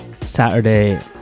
Saturday